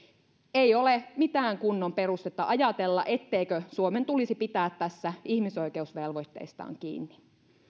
ei ole mitään kunnon perustetta ajatella etteikö suomen tulisi pitää tässä ihmisoikeusvelvoitteistaan kiinni